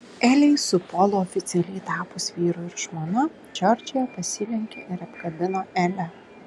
elei su polu oficialiai tapus vyru ir žmona džordžija pasilenkė ir apkabino elę